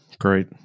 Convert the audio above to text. Great